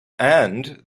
and